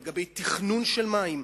לגבי תכנון של מים?